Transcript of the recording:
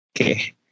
okay